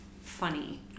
funny